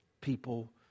people